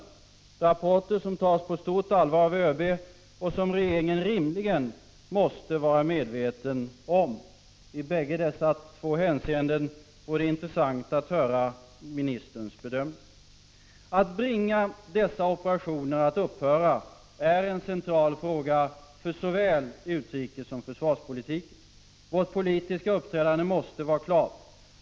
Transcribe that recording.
Det gäller rapporter som tas på stort allvar av ÖB och som regeringen rimligen måste vara medveten om. I båda dessa hänseenden vore det intressant att höra ministerns bedömning. Att bringa dessa operationer att upphöra är en central fråga såväl för utrikespolitiken som försvarspolitiken. Vårt politiska uppträdande måste vara klart.